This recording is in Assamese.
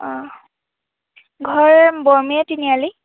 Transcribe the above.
অঁ ঘৰ বৰমূৰীয়া তিনিআলি